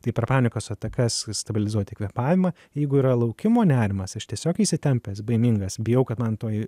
tai per panikos atakas stabilizuoti kvėpavimą jeigu yra laukimo nerimas aš tiesiog įsitempęs baimingas bijau kad man tuoj